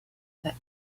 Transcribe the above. that